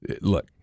Look